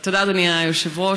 תודה, אדוני היושב-ראש.